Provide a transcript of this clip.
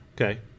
Okay